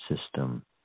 system